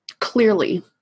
clearly